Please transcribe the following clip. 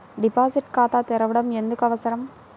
Deposit ఖాతా తెరవడం ఎందుకు అవసరం?